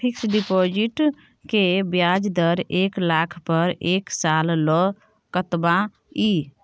Fixed deposit के ब्याज दर एक लाख पर एक साल ल कतबा इ?